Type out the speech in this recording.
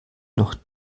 noch